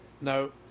No